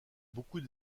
beaucoup